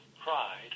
pride